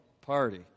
party